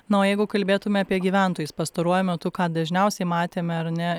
na o jeigu kalbėtume apie gyventojus pastaruoju metu ką dažniausiai matėme ar ne